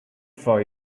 for